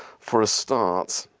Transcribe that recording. for a start,